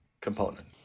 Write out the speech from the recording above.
component